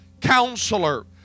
counselor